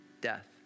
death